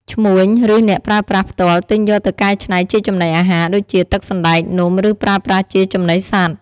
ឈ្មួញ ឬអ្នកប្រើប្រាស់ផ្ទាល់ទិញយកទៅកែច្នៃជាចំណីអាហារ ដូចជាទឹកសណ្ដែក នំ ឬប្រើប្រាស់ជាចំណីសត្វ។